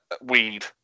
Weed